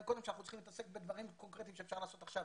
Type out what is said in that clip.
שאנחנו צריכים להתעסק בדברים קונקרטיים שאפשר לעשות עכשיו,